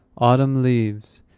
autumn leaves.